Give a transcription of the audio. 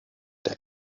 der